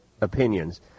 opinions